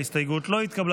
ההסתייגות לא התקבלה.